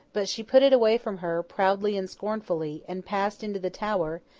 but she put it away from her, proudly and scornfully, and passed into the tower,